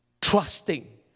trusting